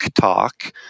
Talk